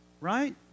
Right